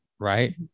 Right